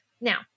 Now